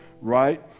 right